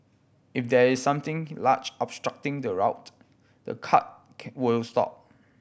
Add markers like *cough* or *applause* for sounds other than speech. if there is something large obstructing the route the cart *unintelligible* will stop